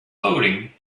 clothing